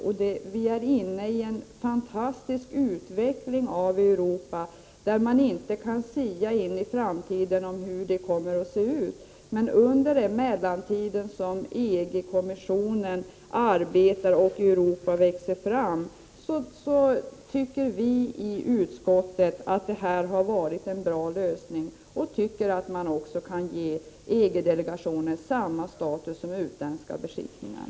Och vi är inne i en fantastisk utveckling i Europa, där man inte kan sia om hur det kommer att se ut i framtiden. Men vi i utskottet tycker att det här har varit en bra lösning under mellantiden, då EG-kommissionen arbetar och Europa växer fram. Vi tycker också att man kan ge EG-delegationen samma status som utländska beskickningar.